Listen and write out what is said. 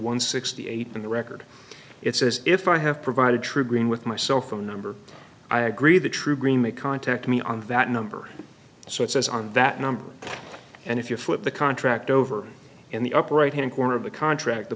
one sixty eight in the record it says if i have provided true green with my cell phone number i agree the true green may contact me on that number so it says on that number and if you flip the contract over in the upper right hand corner of the contract the